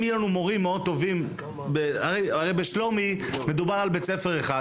אם יהיו לנו מורים מאוד טובים הרי בשלומי מדובר על בית ספר אחד,